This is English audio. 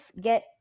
get